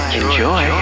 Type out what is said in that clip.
enjoy